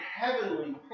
heavenly